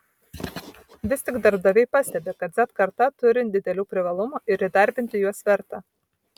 vis tik darbdaviai pastebi kad z karta turi didelių privalumų ir įdarbinti juos verta